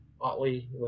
Otley